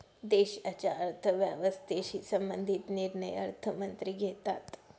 देशाच्या अर्थव्यवस्थेशी संबंधित निर्णय अर्थमंत्री घेतात